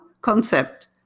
concept